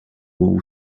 wall